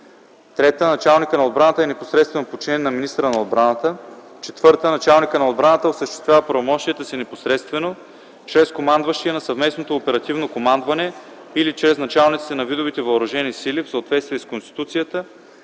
(3) Началникът на отбраната е непосредствено подчинен на министъра на отбраната. (4) Началникът на отбраната осъществява правомощията си непосредствено, чрез командващия на Съвместното оперативно командване или чрез началниците на видовете въоръжени сили в съответствие с Конституцията,